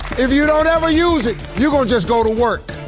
if you don't ever use it, you're gonna just go to work.